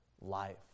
life